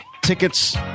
Tickets